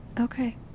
Okay